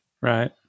right